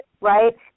right